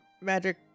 magic